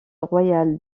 royale